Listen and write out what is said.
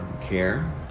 care